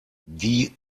die